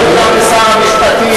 שלחתי מכתב לשר המשפטים.